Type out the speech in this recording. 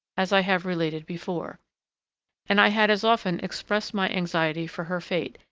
as i have related before and i had as often expressed my anxiety for her fate,